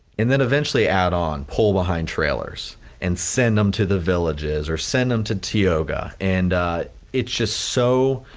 and then eventually add on, pull behind trailers and send them to the villages or send them to tioga and it's just so,